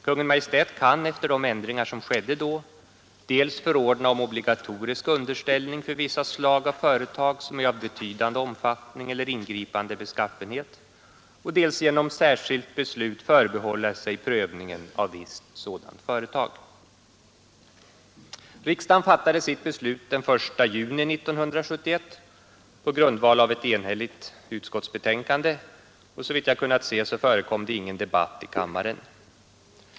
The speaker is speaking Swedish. Kungl. Maj:t kan efter de ändringar som skedde då dels förordna om obligatorisk underställning för vissa slag av företag som är av betydande omfattning eller ingripande beskaffenhet, dels genom särskilt beslut förbehålla sig prövningen av visst sådant företag. Riksdagen fattade sitt beslut den 1 juni 1971 på grundval av ett enhälligt utskottsbetänkande, och såvitt jag kunnat se förekom det ingen debatt i kammaren.